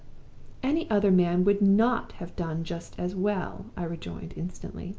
any other man would not have done just as well i rejoined, instantly.